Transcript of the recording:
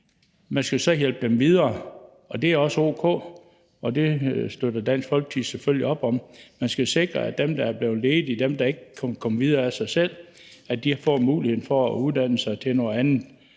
Man skal jo så hjælpe dem videre, og det er også o.k., og det støtter Dansk Folkeparti selvfølgelig op om. Man skal jo sikre, at dem, der er blevet ledige, og dem, der ikke kan komme videre af sig selv, får muligheden for at uddanne sig til noget andet.